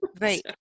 Right